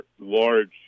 large